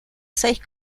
seis